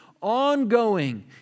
ongoing